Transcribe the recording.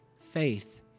faith